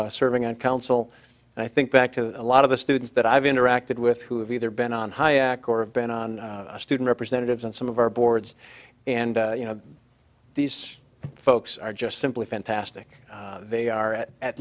so serving on council and i think back to a lot of the students that i've interacted with who have either been on high ak or been on a student representatives and some of our boards and you know these folks are just simply fantastic they are at at